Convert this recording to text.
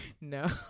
No